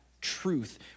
truth